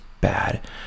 bad